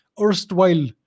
erstwhile